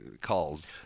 calls